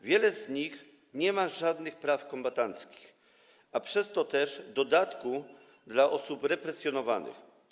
Wiele z nich nie ma żadnych praw kombatanckich, a przez to też dodatku dla osób represjonowanych.